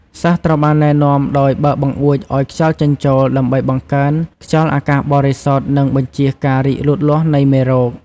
សិស្សត្រូវបានណែនាំដោយបើកបង្អួចឲ្យខ្យល់ចេញចូល ដើម្បីបង្កើនខ្យល់អាកាសបរិសុទ្ធ និងបញ្ចៀសការរីកលូតលាស់នៃមេរោគ។